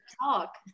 talk